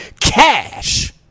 cash